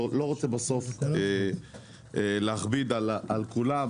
לא רוצה בסוף להכביד על כולם,